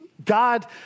God